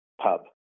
pub